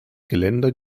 geländer